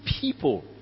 people